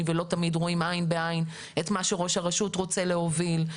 ולא תמיד רואים עין בעין את מה שראש הרשות רוצה להוביל.